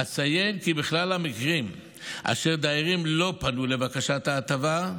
אציין כי בכלל המקרים אשר דיירים לא פנו לבקשת ההטבה,